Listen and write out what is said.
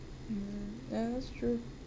ya that's true